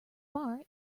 bar